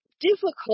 difficult